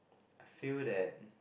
I feel that